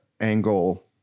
angle